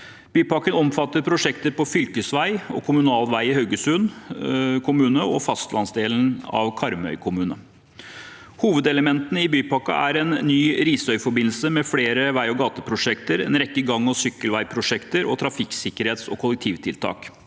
Bypakken omfatter prosjekter på fylkesvei og kommunal vei i Haugesund kommune og fastlandsdelen av Karmøy kommune. Hovedelementene i bypakken er ny Risøyforbindelse, flere vei- og gateprosjekter, en rekke gang- og sykkelveiprosjekter og trafikksikkerhets- og kollektivtiltak.